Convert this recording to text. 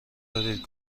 دارید